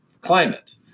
climate